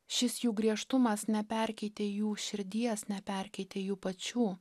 šis jų griežtumas neperkeitė jų širdies neperkeitė jų pačių